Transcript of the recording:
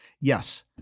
yes